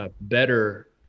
better